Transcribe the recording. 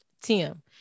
Tim